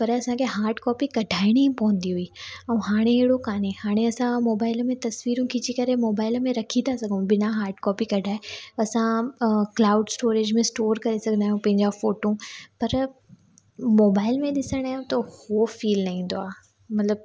पर असांखे hard copy कढाइणी ई पवंदी हुई ऐं हाणे हेड़ो काने हाणे असां मोबाइल में तस्वीरूं खिची करे मोबाइल में रखी था सघूं बिना हार्ड कॉपी कढाए असां क्लाउड स्टोरेज में स्टोर करे सघंदा आहियूं पंहिंजा फ़ोटू पर मोबाइल में ॾिसण जो त उहो फील न ईंदो आहे मतिलबु